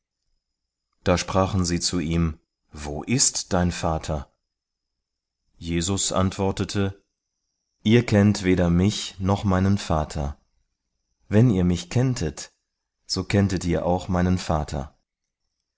da sprachen sie zu ihm wo ist dein vater jesus antwortete ihr kennt weder mich noch meinen vater wenn ihr mich kenntet so kenntet ihr auch meinen vater